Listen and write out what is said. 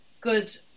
good